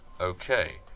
Okay